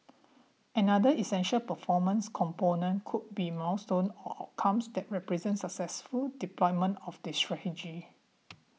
another essential performance component could be milestone or outcomes that represent successful deployment of the strategy